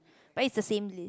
but it's the same list